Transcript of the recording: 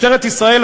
משטרת ישראל,